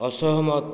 ଅସହମତ